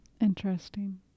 Interesting